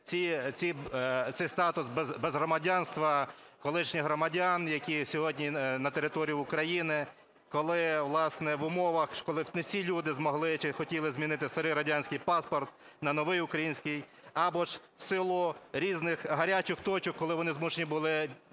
цей статус без громадянства колишніх громадян, які сьогодні на території України, коли, власне, в умовах, коли не всі люди змогли чи хотіли змінити свій радянський паспорт на новий український, або ж в силу різних гарячих точок, коли вони змушені були